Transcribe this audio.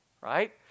Right